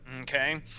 Okay